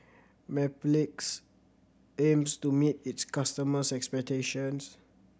Mepilex aims to meet its customers' expectations